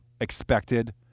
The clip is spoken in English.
expected